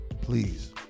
Please